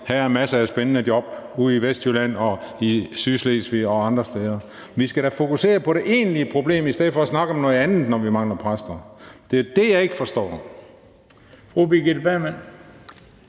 her er masser af spændende job ude i Vestjylland og i Sydslesvig og andre steder. Vi skal da fokusere på det egentlige problem i stedet for at snakke om noget andet, når vi mangler præster. Det er det, jeg ikke forstår.